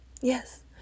Yes